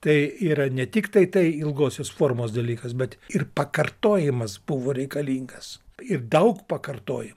tai yra ne tik tai tai ilgosios formos dalykas bet ir pakartojimas buvo reikalingas ir daug pakartoja